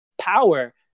power